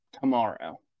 tomorrow